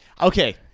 okay